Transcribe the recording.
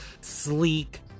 sleek